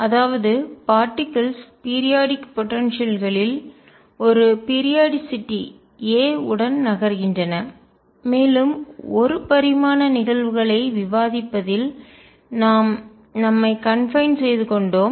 அதாவது பார்ட்டிக்கல்ஸ் துகள்கள் பீரியாடிக் போடன்சியல்களில் குறிப்பிட்ட கால இடைவெளி ஆற்றல் ஒரு பீரியாடிசிட்டி a உடன் நகர்கின்றன மேலும் ஒரு பரிமாண நிகழ்வுகளை விவாதிப்பதில் நாம் நம்மை கன்பைன்ட் மட்டுப்படுத்தி செய்து கொண்டோம்